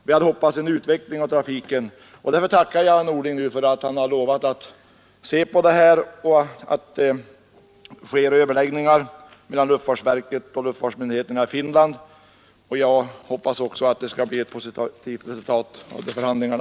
Vi hade hoppats på en utveckling av trafiken, och därför tackar jag statsrådet Norling för att han har lovat att se på den här saken. Det pågår ju överläggningar mellan luftfartsverket och luftfartsmyndigheterna i Finland, och jag hoppas också att det skall bli ett positivt resultat av de förhandlingarna.